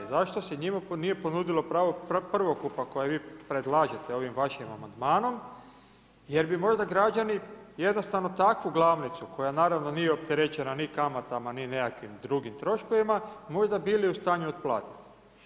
Zašto se njima nije ponudilo pravo prvokupa koje vi predlažete ovim vašim amandmanom, jer bi možda građani jednostavno takvu glavnicu koja naravno nije opterećena ni kamatama, ni nekakvim drugim troškovima možda bili u stanju otplatiti.